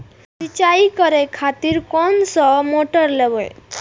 सीचाई करें खातिर कोन सा मोटर लेबे?